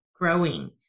growing